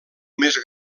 més